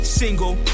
single